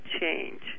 change